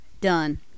done